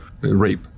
rape